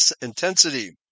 intensity